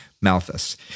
Malthus